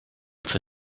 for